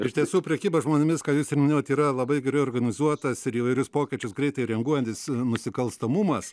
iš tiesų prekyba žmonėmis ką jūs minėjote yra labai gerai organizuotas ir įvairius pokyčius greitai reaguojantis nusikalstamumas